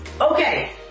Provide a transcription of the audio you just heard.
Okay